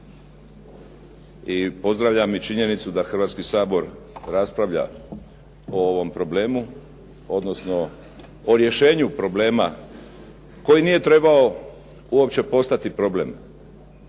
I pozdravljam i činjenicu da Hrvatski sabor raspravlja o ovom problemu odnosno o rješenju problema koji nije trebao uopće postati problem.